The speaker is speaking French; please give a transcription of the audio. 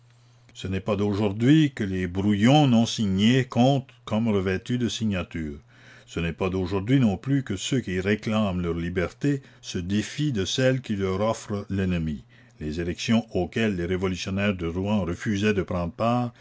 ce n'est pas d'aujourd'hui que les brouillons non signés comptent comme revêtus de signatures ce n'est pas d'aujourd'hui non plus que ceux qui réclament leur liberté se défient de celle que leur offre l'ennemi les élections auxquelles les révolutionnaires de rouen refusaient de prendre part